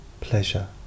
pleasure